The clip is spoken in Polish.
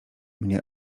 mnie